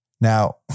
Now